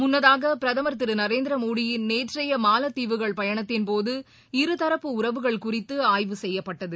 முன்னதாகபிரதமர் திருநரேந்திரமோடியின் நேற்றையமாலத்தீவுகள் பயணத்தின்போது இருதரப்பு உறவுகள் குறித்துஆய்வு செய்யப்பட்டது